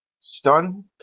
stun